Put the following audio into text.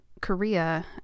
Korea